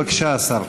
בבקשה, השר.